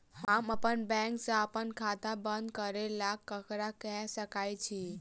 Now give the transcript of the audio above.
हम अप्पन बैंक सऽ अप्पन खाता बंद करै ला ककरा केह सकाई छी?